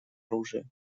оружия